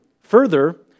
further